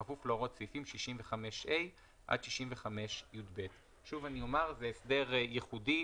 בכפוף להוראות סעיפים 65ה עד 65יב. שוב אני אומר שזה הסדר ייחודי.